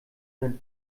sind